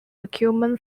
acumen